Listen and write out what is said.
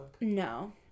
No